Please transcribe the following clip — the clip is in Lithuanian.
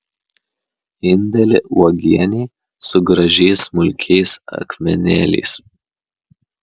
indelį uogienei su gražiais smulkiais akmenėliais